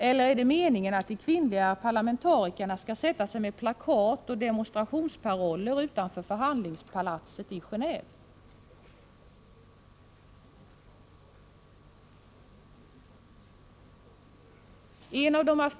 Eller är det meningen att de kvinnliga parlamentarikerna skall sätta sig med plakat och demonstrationsparoller utanför förhandlingspalatset i Geneve?